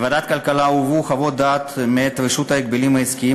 לוועדת הכלכלה הובאה חוות דעת מאת הרשות להגבלים עסקיים